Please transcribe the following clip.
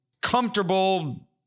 comfortable